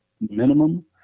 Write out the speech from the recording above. minimum